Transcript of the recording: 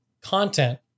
content